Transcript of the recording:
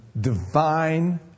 divine